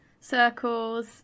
circles